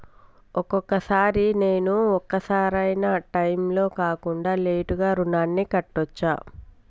ఒక్కొక సారి నేను ఒక సరైనా టైంలో కాకుండా లేటుగా రుణాన్ని కట్టచ్చా?